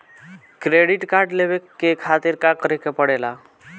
Credit card लेवे के खातिर का करेके पड़ेला?